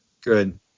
good